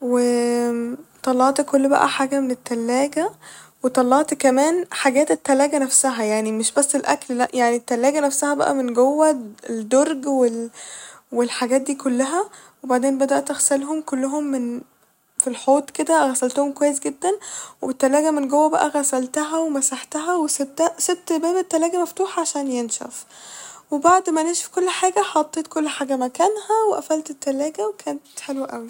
و طلعت كل بقى حاجة من التلاجة وطلعت كمان حاجات التلاجة نفسها يعني مش بس الأكل لا يعني التلاجة نفسها بقى من جوه الدرج وال- والحاجات دي كلها وبعدين بدأت أغسلهم كلهم من ف الحوض كده، غسلتهم كويس جدا والتلاجة من جوه بقى غسلتها ومسحتها وسبتها سبت باب التلاجة مفتوح عشان ينشف وبعد ما نشف كل حاجة حطيت كل حاجة مكانها وقفلت التلاجة وكانت حلوة اوي